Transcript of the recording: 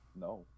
no